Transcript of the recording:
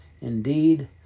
Indeed